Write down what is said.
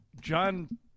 John